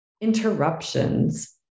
interruptions